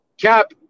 Cap